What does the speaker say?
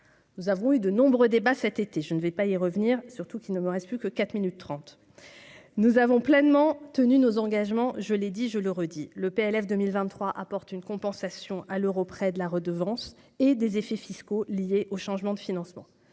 Nous avons eu de nombreux débats cet été, je ne vais pas y revenir, surtout qu'il ne me reste plus que 4 minutes 30, nous avons pleinement tenu nos engagements, je l'ai dit, je le redis, le PLF 2023 apporte une compensation à l'euro, près de la redevance et des effets fiscaux liés au changement de financement,